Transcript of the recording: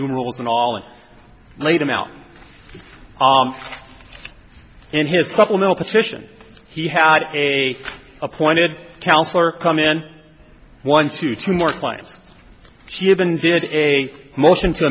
numerals and all and laid them out omfg in his supplemental petition he had a appointed counselor come in one to two more claims she had been did a motion to